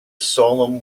solemn